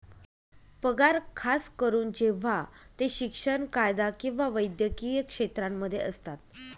पगार खास करून जेव्हा ते शिक्षण, कायदा किंवा वैद्यकीय क्षेत्रांमध्ये असतात